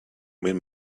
made